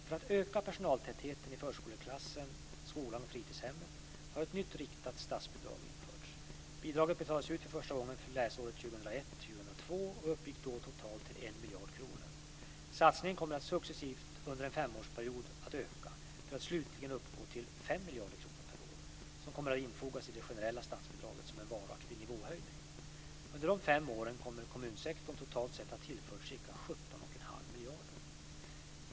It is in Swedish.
För att öka personaltätheten i förskoleklassen, skolan och fritidshemmet har ett nytt, riktat statsbidrag införts. Bidraget betalades ut första gången för läsåret 2001/02 och uppgick då till totalt 1 miljard kronor. Satsningen kommer att öka successivt under en femårsperiod för att slutligen uppgå till 5 miljarder kronor per år, som kommer att infogas i det generella statsbidraget som en varaktig nivåhöjning. Under de fem åren kommer kommunsektorn totalt sett att ha tillförts ca 17,5 miljarder.